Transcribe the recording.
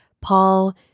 Paul